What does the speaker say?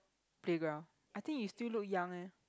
playground I think you still look young eh